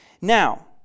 Now